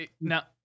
now